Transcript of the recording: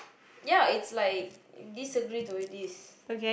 ya it's like disagree to this